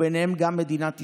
ובהם מדינת ישראל.